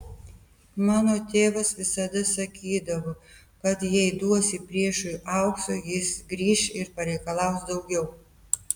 mano tėvas visada sakydavo kad jei duosi priešui aukso jis grįš ir pareikalaus daugiau